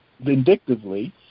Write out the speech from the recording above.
vindictively